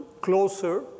closer